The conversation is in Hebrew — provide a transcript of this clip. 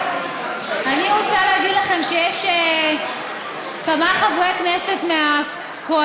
אני רוצה להגיד לכם שיש כמה חברי כנסת מהקואליציה,